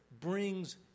brings